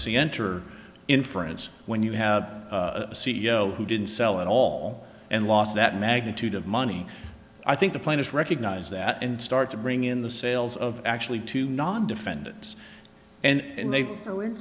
sea enter inference when you have a c e o who didn't sell at all and lost that magnitude of money i think the plan is recognize that and start to bring in the sales of actually to non defendants and they